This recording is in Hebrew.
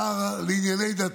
כשהגיש אותה חברי השר לענייני דתות,